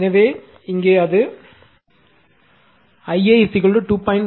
எனவே இங்கே இது Ia 2